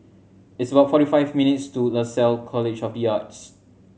it's about forty five minutes' to Lasalle College of be Arts